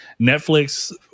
Netflix